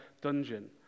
dungeon